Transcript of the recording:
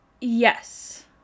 Yes